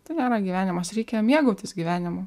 tai nėra gyvenimas reikia mėgautis gyvenimu